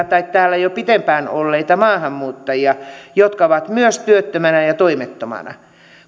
tai täällä jo pitempään olleita maahanmuuttajia jotka ovat myös työttöminä ja ja toimettomina